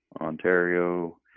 Ontario